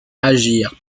agir